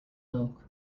milk